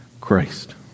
Christ